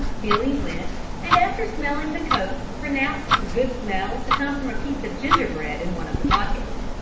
billy went and after smelling the coat pronounced the good smell to come from a piece of gingerbread in one of the pockets.